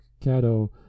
Cato